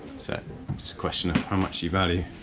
so just a question of how much you value